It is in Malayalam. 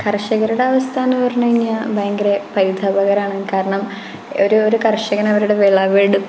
കർഷകരുടെ അവസ്ഥ എന്നുപറഞ്ഞുകഴിഞ്ഞാല് ഭയങ്കര പരിതാപകരമാണ് കാരണം ഒരൂ കർഷകന് അവരുടെ വിളവെട്